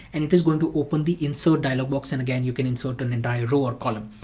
and it is going to open the insert dialog box and again, you can insert an entire row or column.